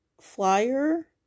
flyer